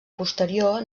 posterior